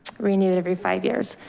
renewed every five years.